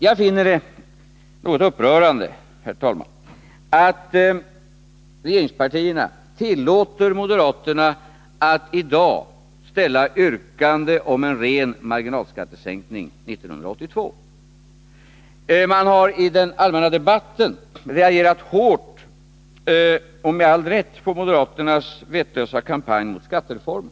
Jag finner det något upprörande, herr talman, att regeringspartierna tillåter moderaterna att i dag ställa yrkande om en ren marginalskattesänkning 1982. Man har i den allmänna debatten reagerat hårt och med all rätt på moderaternas vettlösa kampanj mot skattereformen.